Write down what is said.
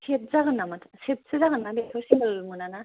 set जागोन नामा सेट सो जागोन ना बेथ' सिंगोल मोना ना